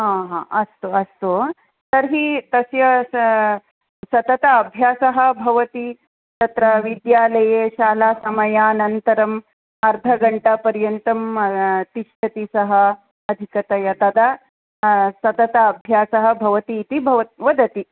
हा हा अस्तु अस्तु तर्हि तस्य स सतत अभ्यासः भवति तत्र विद्यालये शालासमयानन्तरं अर्धघण्टा पर्यन्तं तिष्ठति सः अधिकतया तदा सतत अभ्यासः भवती इति वदति